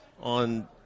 on